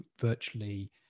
virtually